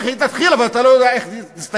היא תתחיל אבל אתה לא יודע איך היא תסתיים.